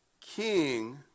king